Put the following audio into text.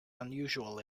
unusual